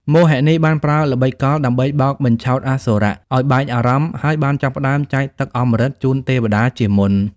មោហិនីបានប្រើល្បិចកលដើម្បីបោកបញ្ឆោតអសុរៈឱ្យបែកអារម្មណ៍ ហើយបានចាប់ផ្ដើមចែកទឹកអម្រឹតជូនទេវតាជាមុន។